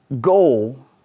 goal